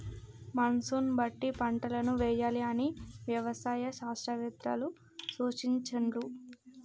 monsoon బట్టి పంటలను వేయాలి అని వ్యవసాయ శాస్త్రవేత్తలు సూచించాండ్లు